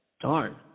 Darn